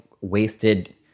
wasted